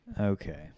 Okay